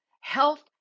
Health